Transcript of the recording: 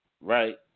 Right